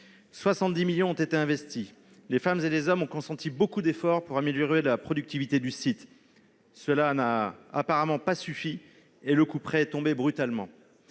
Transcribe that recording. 70 millions qui ont été investis. Des femmes et des hommes ont consenti beaucoup d'efforts pour améliorer la productivité du site. Cela n'a apparemment pas suffi, et le couperet est tombé brutalement.